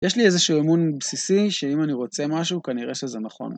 יש לי איזשהו אמון בסיסי שאם אני רוצה משהו כנראה שזה נכון.